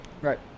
Right